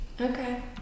okay